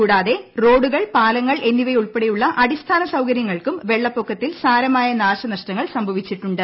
കൂടാതെ റോഡുകൾ പാലങ്ങൾ എന്നിവ ഉൾപ്പെടെയുള്ള അടിസ്ഥാന സൌകര്യങ്ങൾക്കും വെള്ളപ്പൊക്കത്തിൽ സാരമായ നാശനഷ്ടങ്ങൾ സംഭവിച്ചിട്ടുണ്ട്